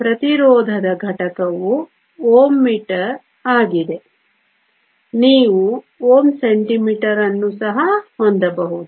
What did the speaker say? ಪ್ರತಿರೋಧದ ಘಟಕವು Ω m ಆಗಿದೆ ನೀವು Ω cm ಅನ್ನು ಸಹ ಹೊಂದಬಹುದು